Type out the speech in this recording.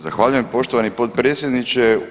Zahvaljujem poštovani potpredsjedniče.